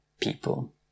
people